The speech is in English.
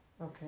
Okay